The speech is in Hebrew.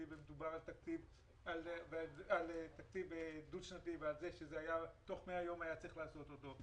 ועל כך שתוך 100 ימים היה צריך לעשות אותו.